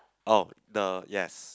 oh the yes